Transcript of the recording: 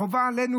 החובה עלינו,